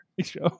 show